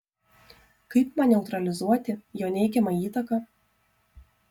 kaip man neutralizuoti jo neigiamą įtaką